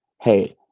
Hey